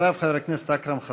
אחריו, חבר הכנסת אכרם חסון.